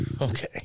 okay